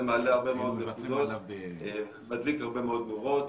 זה מעלה הרבה מאוד נקודות, מדליק הרבה מאוד נורות,